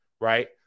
right